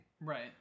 right